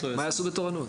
מה יעשו בתורנויות?